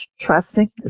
trusting